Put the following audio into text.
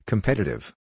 Competitive